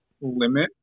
limit